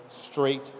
straight